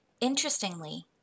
Interestingly